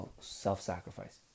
self-sacrifice